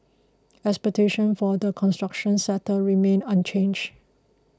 expectation for the construction sector remain unchanged